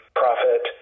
profit